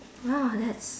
!wah! that's